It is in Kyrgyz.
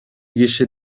киши